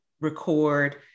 record